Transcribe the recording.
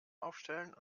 aufstellen